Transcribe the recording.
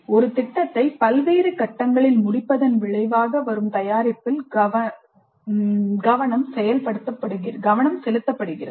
ஒரு திட்டத்தை பல்வேறு கட்டங்களில் முடிப்பதன் விளைவாக வரும் தயாரிப்பில் கவனம் செலுத்தப்படுகிறது